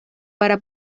para